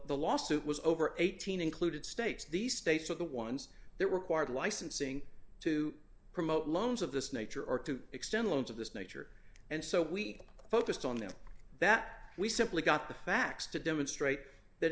the lawsuit was over eighteen included states these states are the ones that were acquired licensing to promote loans of this nature or to extend loans of this nature and so we focused on them that we simply got the facts to demonstrate that